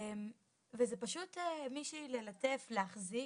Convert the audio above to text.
הלב וזה פשוט מישהי ללטף, להחזיק,